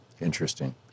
Interesting